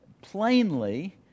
plainly